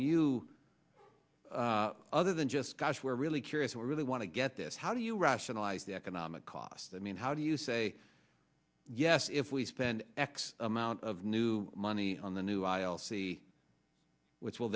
you other than just gosh we're really curious or really want to get this how do you rationalize the economic cost i mean how do you say yes if we spend x amount of new money on the new i'll see which will